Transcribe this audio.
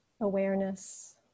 awareness